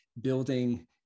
building